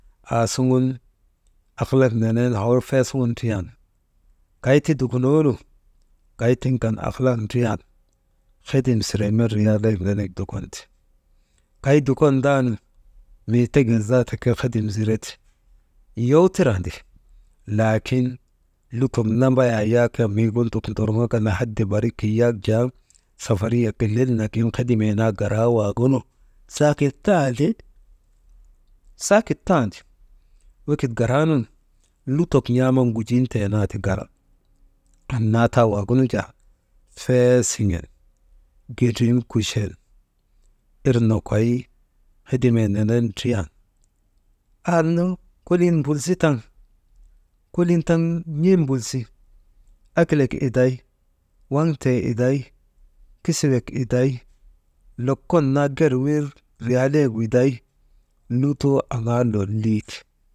Aasuŋun ahalak neneenu hor feesuŋun driyan kay dukunoonu, kay tiŋ kan ahalak driyan hedim siren met riyalaayek nenegu dukonte, kay dukon daanu mee teket zaata kaa hedim zirete, yowtirandi, laakin lutok nambayaa yak miigu nduk ndorŋka lahadi barik yak jaa safariyek lel nagi hedimee naa garaa waagunu, saakit tandi«hesitation», wekit garaanun lutok n̰aaman gujinteenaati gara, annaa taa waagunu jaa, fee siŋen girim kuchen ir nokoy hedimee nenen ndriyan anna kolin mbulsitan, kolin taŋ n̰em mbulsi, akilek iday waŋtee iday, kisiyek iday lokol naa ger ir riyalayek widay lutoo aŋaa lolii ti.